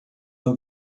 uma